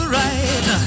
right